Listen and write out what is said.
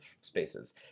spaces